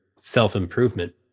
self-improvement